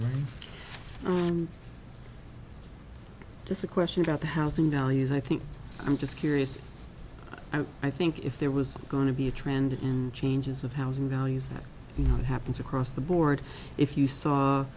i'm just a question about the housing values i think i'm just curious i think if there was going to be a trend in changes of housing values that you know that happens across the board if you saw